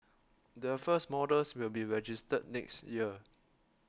the first models will be registered next year